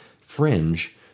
fringe